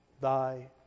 thy